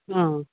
आं